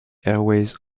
airways